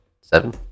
seven